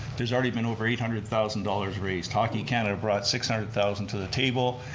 there's already been over eight hundred thousand dollars raised. hockey canada brought six hundred thousand to the table.